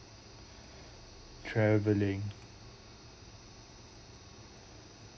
travelling